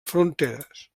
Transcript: fronteres